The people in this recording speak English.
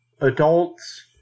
adults